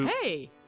hey